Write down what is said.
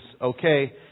okay